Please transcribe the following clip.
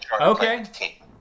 Okay